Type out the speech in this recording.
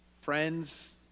friends